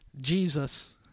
Jesus